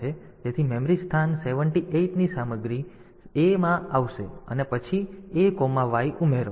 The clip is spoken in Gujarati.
તેથી મેમરી સ્થાન 78 ની 78 સામગ્રી a માં આવે છે અને પછી AY ઉમેરો